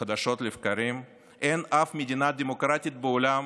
חדשות לבקרים, אין אף מדינה דמוקרטית בעולם